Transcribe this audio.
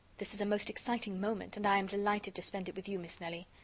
this is a most exciting moment, and i am delighted to spend it with you, miss nelly.